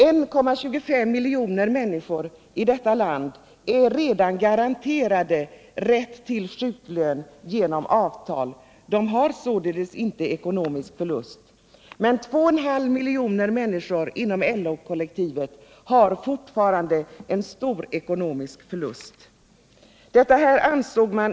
1,25 miljon människor i detta land är redan garanterade rätt till sjuklön genom avtal — de lider således icke ekonomisk förlust — men 2,5 miljoner människor inom LO-kollektivet har fortfarande stora ekonomiska förluster.